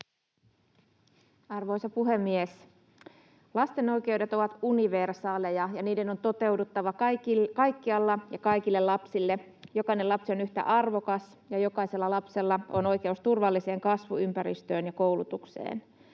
Arvoisa puhemies! Lasten oikeudet ovat universaaleja, ja niiden on toteuduttava kaikkialla ja kaikille lapsille. Jokainen lapsi on yhtä arvokas ja jokaisella lapsella on oikeus turvalliseen kasvuympäristöön ja koulutukseen.